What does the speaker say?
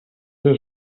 się